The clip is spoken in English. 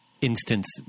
instance